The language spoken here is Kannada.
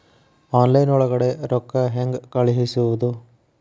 ಆನ್ಲೈನ್ ಒಳಗಡೆ ರೊಕ್ಕ ಹೆಂಗ್ ಕಳುಹಿಸುವುದು?